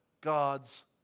God's